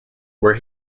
where